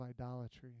idolatry